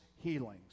healings